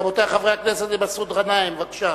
רבותי חברי הכנסת, מסעוד גנאים, בבקשה.